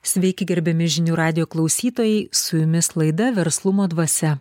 sveiki gerbiami žinių radijo klausytojai su jumis laida verslumo dvasia